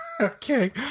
Okay